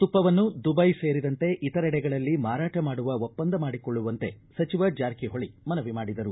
ತುಪ್ಪವನ್ನು ದುಬೈ ಸೇರಿದಂತೆ ಇತರೆಡೆಗಳಲ್ಲಿ ಮಾರಾಟ ಮಾಡುವ ಒಪ್ಪಂದ ಮಾಡಿಕೊಳ್ಳುವಂತೆ ಸಚಿವ ಜಾರಕಿಹೊಳಿ ಮನವಿ ಮಾಡಿದರು